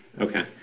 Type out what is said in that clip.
Okay